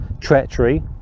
treachery